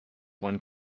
one